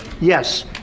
Yes